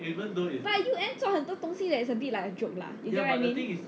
but U_N 做很多东西 that's a bit like a joke lah you get what I mean